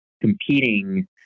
competing